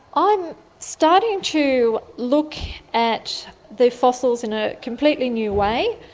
i'm starting to look at the fossils in a completely new way.